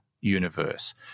universe